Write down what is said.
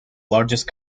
largest